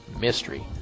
mystery